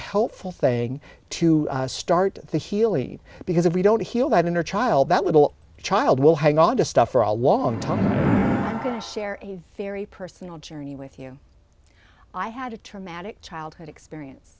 helpful thing to start the healey because if we don't heal that inner child that little child will hang on to stuff for a long time share a very personal journey with you i had a traumatic childhood experience